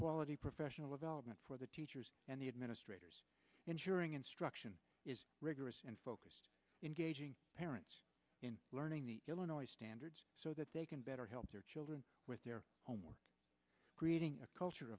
quality professional development for the teachers and the administrators ensuring instruction is rigorous and focused engaging parents in learning the illinois standards so that they can better help their children with their homework creating a culture